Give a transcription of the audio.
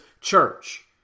church